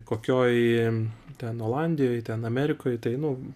kokioj ten olandijoj ten amerikoj tai nu